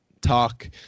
talk